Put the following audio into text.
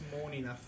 morning